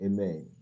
Amen